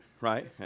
right